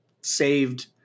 saved